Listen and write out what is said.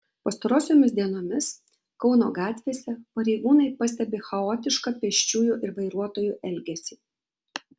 pastarosiomis dienomis kauno gatvėse pareigūnai pastebi chaotišką pėsčiųjų ir vairuotojų elgesį